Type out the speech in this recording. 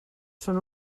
són